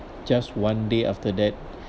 just one day after that